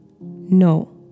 no